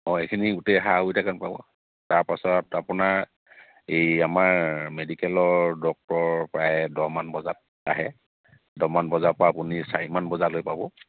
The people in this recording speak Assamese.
অঁ এইখিনি গোটেই সা সুবিধাখিনি পাব তাৰপাছত আপোনাৰ এই আমাৰ মেডিকেলৰ ডক্টৰ প্ৰায় দহমান বজাত আহে দহমান বজাৰ পৰা আপুনি চাৰিমান বজালৈ পাব